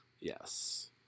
Yes